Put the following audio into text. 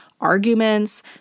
arguments